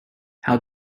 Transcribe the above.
how